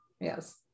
yes